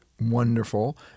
wonderful